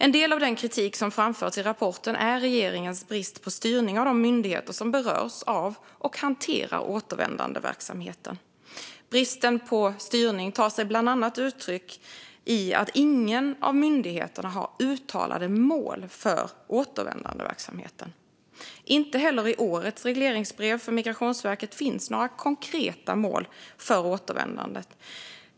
En del av den kritik som framförs i rapporten handlar om regeringens brist på styrning av de myndigheter som berörs av och hanterar återvändandeverksamheten. Bristen på styrning tar sig bland annat uttryck i att ingen av myndigheterna har uttalade mål för återvändandeverksamheten. Inte heller i årets regleringsbrev för Migrationsverket finns några konkreta mål för återvändandet.